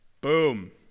Boom